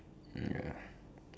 ya